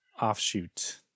offshoot